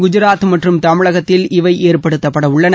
குஜராத் மற்றும் தமிழகத்தில் இவை ஏற்படுத்தப்படவுள்ளன